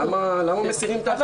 למה מסירים את האחריות?